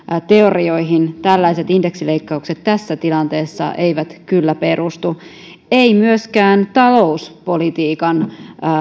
teorioihin tällaiset indeksileikkaukset tässä tilanteessa eivät kyllä perustu eivät myöskään talouspolitiikan